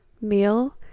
meal